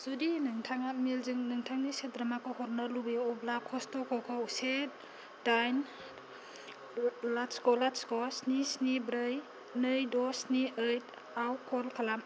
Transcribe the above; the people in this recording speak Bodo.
जुदि नोंथाङा मेलजों नोंथांनि सोद्रोमाखौ हरनो लुबैयो अब्ला कस्टक'खौ से दाइन लाथिख' लाथिख' स्नि स्नि ब्रै नै द' स्नि ओइटआव कल खालाम